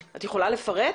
את יכולה לפרט?